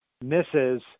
misses